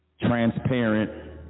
transparent